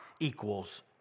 equals